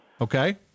Okay